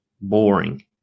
boring